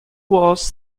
was